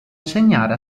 insegnare